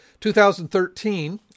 2013